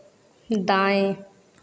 दाएँ